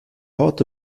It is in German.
port